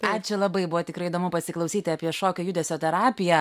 ačiū labai buvo tikrai įdomu pasiklausyti apie šokio judesio terapiją